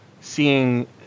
seeing